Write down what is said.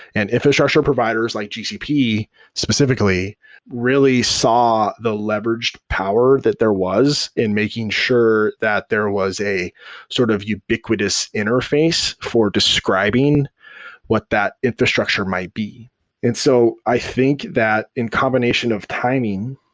and if a structure providers, like gcp specifi cally really saw the leveraged power that there was in making sure that there was a sort of ubiquitous interface for describing what that infrastructure might be and so i think that in combination of timing,